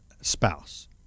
spouse